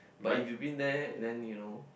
but if you been there then you know